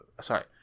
sorry